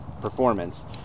performance